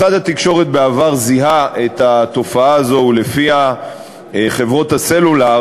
משרד התקשורת בעבר זיהה את התופעה הזאת שבה חברות הסלולר